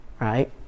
right